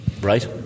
Right